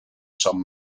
some